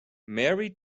mary